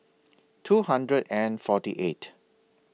two hundred and forty eight